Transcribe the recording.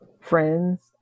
friends